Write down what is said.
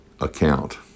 account